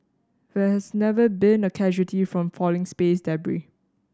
there has never been a casualty from falling space